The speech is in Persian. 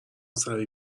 سریع